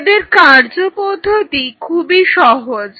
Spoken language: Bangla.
এদের কার্যপদ্ধতি খুবই সহজ